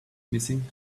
missing